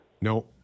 No